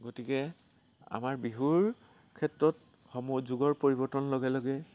গতিকে আমাৰ বিহুৰ ক্ষেত্ৰত সম যুগৰ পৰিৱৰ্তনৰ লগে লগে